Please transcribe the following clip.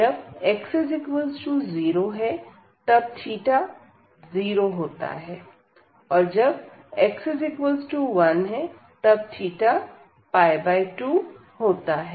जब x0 है तब 0 होता है और जब x1 है तब 2 होता है